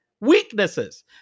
Weaknesses